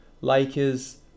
Lakers